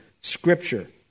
Scripture